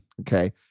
Okay